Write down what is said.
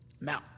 Now